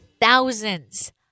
thousands